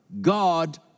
God